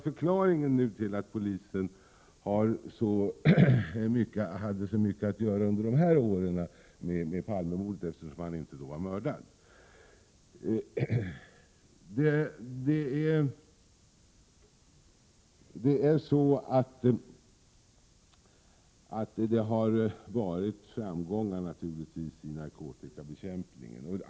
Förklaringen kan alltså inte vara att polisen haft så mycket att göra under dessa år med Palmemordet, eftersom detta mord då inte hade skett. Man har naturligtvis nått framgångar i narkotikabekämpningen.